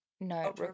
No